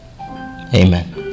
amen